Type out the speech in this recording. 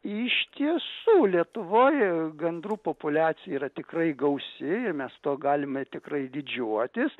iš tiesų lietuvoj gandrų populiacija yra tikrai gausi mes tuo galime tikrai didžiuotis